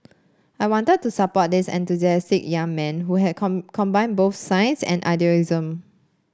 I wanted to support this enthusiastic young man who has come combined both science and idealism